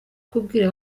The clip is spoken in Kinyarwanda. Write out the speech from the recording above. kubwira